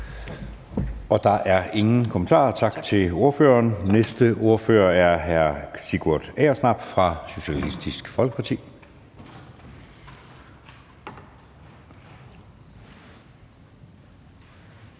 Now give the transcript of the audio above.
Der er ingen kommentarer. Tak til ordføreren. Næste ordfører er hr. Sigurd Agersnap fra Socialistisk Folkeparti. Kl.